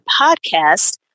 podcast